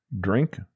Drink